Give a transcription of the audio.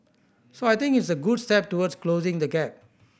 so I think it's a good step towards closing the gap